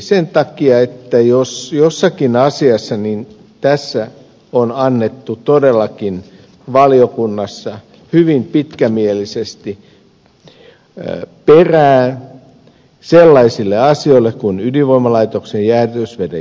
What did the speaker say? sen takia että jos jossakin asiassa niin tässä on annettu todellakin valiokunnassa hyvin pitkämielisesti periksi sellaisille asioille kuin ydinvoimalaitoksen jäähdytysveden johtamiselle